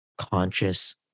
conscious